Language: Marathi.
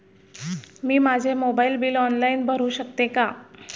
मी माझे मोबाइल बिल ऑनलाइन भरू शकते का?